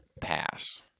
Pass